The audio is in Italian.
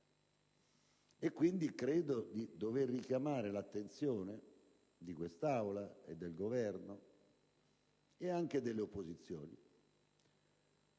E quindi credo di dover richiamare l'attenzione di questa Aula e del Governo ed anche delle opposizioni